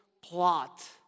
plot